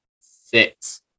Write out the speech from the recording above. six